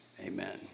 amen